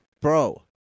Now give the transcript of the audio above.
Bro